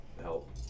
help